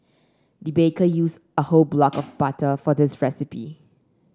the baker used a whole block of butter for this recipe